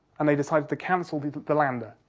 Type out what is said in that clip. and they decided to cancel the the lander.